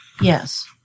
Yes